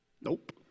Nope